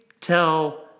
tell